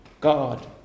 God